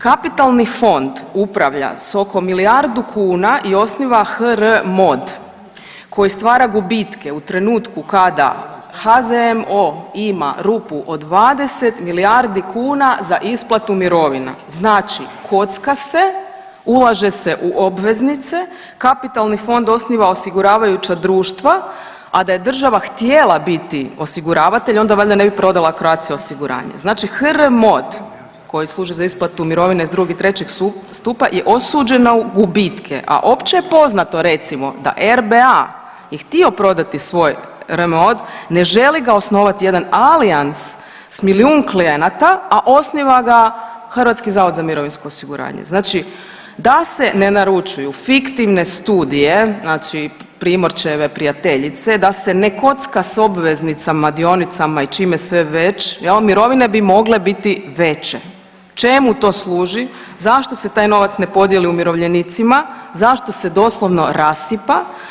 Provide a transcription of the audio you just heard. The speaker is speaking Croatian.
Kapitalni fond upravlja s oko milijardu kuna i osnova HRMOD koji stvara gubitke u trenutku kada HZMO ima rupu od 20 milijardu kuna za isplatu mirovina, znači kocka se, ulaže se u obveznice, kapitalni fond osniva osiguravajuća društva, a da je država htjela biti osiguravatelj onda valjda ne bi prodala Croatia osiguranje, znači HRMOD koji služi za isplatu mirovina iz drugog i trećeg stupa je osuđena na gubitke, a opće je poznato recimo da RBA je htio prodati svoj RMOD, ne želi ga osnovati jedan Allianz s milijun klijenata, a osniva ga HZMO, znači da se ne naručuju fiktivne studije znači Primorčeve prijateljice, da se ne kocka s obveznicama, dionicama i čime sve već jel mirovine bi mogle biti veće, čemu to služi, zašto se taj novac ne podijeli umirovljenicima, zašto se doslovno rasipa?